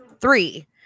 three